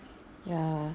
ya